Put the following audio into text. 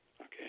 Okay